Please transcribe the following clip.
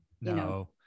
no